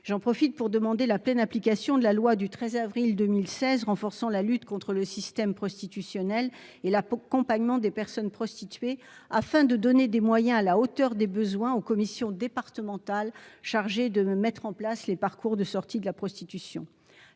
j'en profite pour demander la pleine application de la loi du 13 avril 2016 renforçant la lutte contre le système prostitutionnel et la compagnons des personnes prostituées afin de donner des moyens à la hauteur des besoins aux commissions départementales chargées de mettre en place les parcours de sortie de la prostitution,